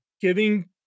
giving